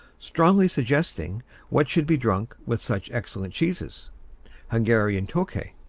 strongly suggesting what should be drunk with such excellent cheeses hungarian tokay.